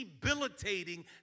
debilitating